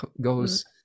goes